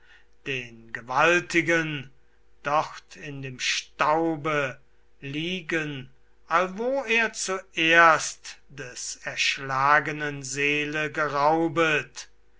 den gewaltigen dort in dem staube liegen allwo er zuerst des erschlagenen seele geraubet